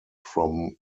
from